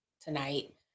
tonight